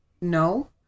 no